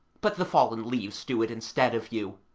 but the fallen leaves do it instead of you.